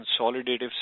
consolidative